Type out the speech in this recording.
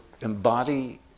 embody